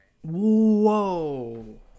whoa